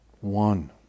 one